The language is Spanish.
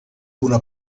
una